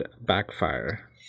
Backfire